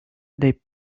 they